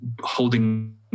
holding